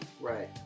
Right